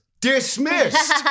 dismissed